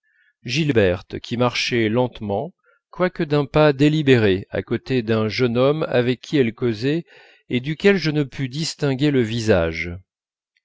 gilberte qui marchait lentement quoique d'un pas délibéré à côté d'un jeune homme avec qui elle causait et duquel je ne pus distinguer le visage